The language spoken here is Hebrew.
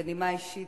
בנימה אישית,